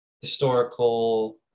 historical